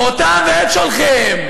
אותם ואת שולחיהם.